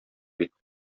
бит